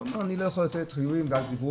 הוא אמר שהוא לא יכול לתת חיובים --- וגם